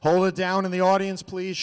hold down in the audience please